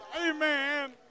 Amen